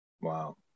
wow